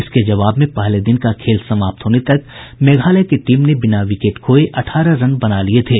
इसके जवाब में पहले दिन का खेल समाप्त होने तक मेघालय की टीम ने बिना विकेट खोये अठारह रन बना लिये थे